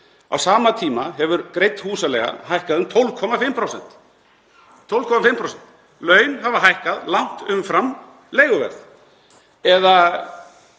Á sama tíma hefur greidd húsaleiga hækkað um 12,5% — 12,5%. Laun hafa hækkað langt umfram leiguverð. Eða